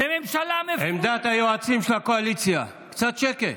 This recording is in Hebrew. זאת ממשלה, עמדת היועצים של הקואליציה, קצת שקט.